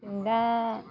दा